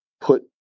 put